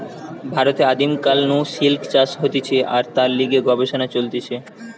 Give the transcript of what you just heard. ভারতে আদিম কাল নু সিল্ক চাষ হতিছে আর তার লিগে গবেষণা চলিছে